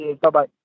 bye-bye